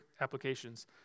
applications